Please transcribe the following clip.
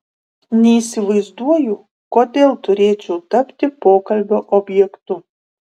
neįsivaizduoju kodėl turėčiau tapti pokalbio objektu